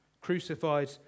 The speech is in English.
crucified